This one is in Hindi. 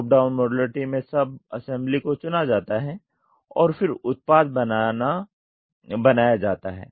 टॉप डाउन मॉड्युलैरिटी में सब असेंबली को चुना जाता है और फिर उत्पाद बनाया जाता है